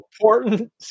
important